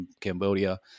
Cambodia